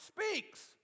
speaks